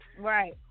Right